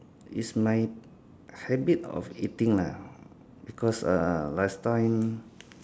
it's my habit of eating lah because uh last time